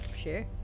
sure